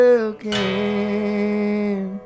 again